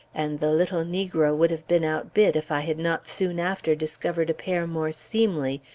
and the little negro would have been outbid if i had not soon after discovered a pair more seemly,